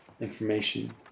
information